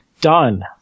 done